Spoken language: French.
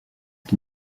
qui